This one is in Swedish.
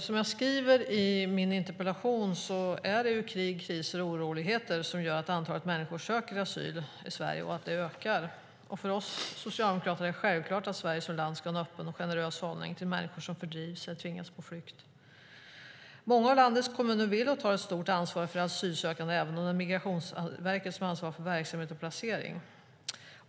Som jag skriver i min interpellation är det krig, kriser och oroligheter som gör att antalet människor som söker asyl i Sverige ökar. För oss socialdemokrater är det självklart att Sverige som land ska ha en öppen och generös hållning till människor som fördrivs eller tvingas på flykt. Många av landets kommuner vill och tar ett stort ansvar för asylsökande även om det är Migrationsverket som svarar för verksamhet och placering.